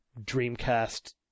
Dreamcast